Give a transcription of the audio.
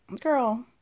Girl